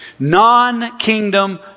Non-kingdom